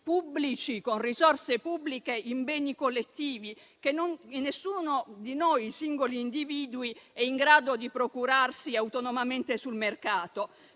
pubblici con risorse pubbliche in beni collettivi che nessuno di noi singoli individui è in grado di procurarsi autonomamente sul mercato,